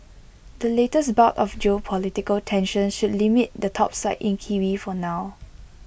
the latest bout of geopolitical tensions should limit the topside in kiwi for now